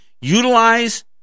utilize